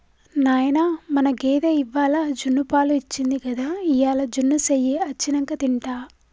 నాయనా మన గేదె ఇవ్వాల జున్నుపాలు ఇచ్చింది గదా ఇయ్యాల జున్ను సెయ్యి అచ్చినంక తింటా